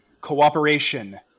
cooperation